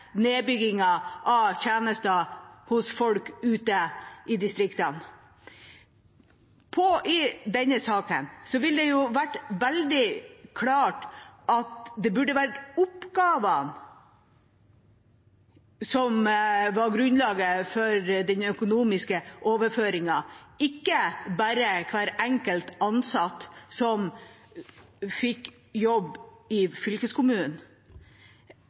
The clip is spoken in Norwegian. av tjenester til folk ute i distriktene. I denne saken burde det vært veldig klart at det er oppgavene som skal være grunnlaget for den økonomiske overføringen, ikke bare hver enkelt ansatt som får jobb i fylkeskommunen.